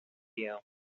you